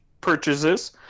purchases